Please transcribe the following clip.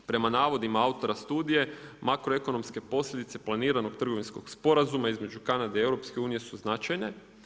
Prema navodima autora studije makroekonomske posljedice planiranog trgovinskog sporazuma između Kanade i EU su značajne.